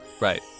Right